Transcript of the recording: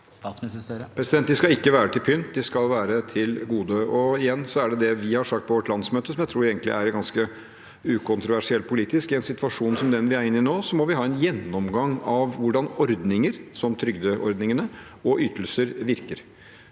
De skal ikke være til pynt; de skal være til det gode. Igjen vil jeg vise til det vi har sagt på vårt landsmøte, som jeg tror er ganske politisk ukontroversielt: I en situasjon som den vi er inne i nå, må vi ha en gjennomgang av hvordan ordninger – som trygdeordningene – og ytelser virker.